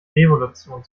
revolution